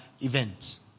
events